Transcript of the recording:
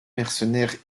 mercenaires